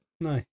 No